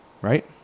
Right